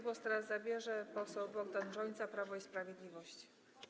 Głos zabierze poseł Bogdan Rzońca, Prawo i Sprawiedliwość.